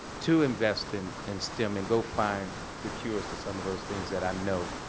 to invest in and stem and go find the cures to some of those things that i know